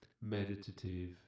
meditative